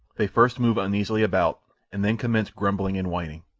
they first moved uneasily about, and then commenced grumbling and whining.